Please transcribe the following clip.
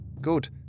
Good